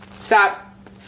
Stop